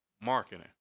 marketing